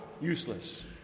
useless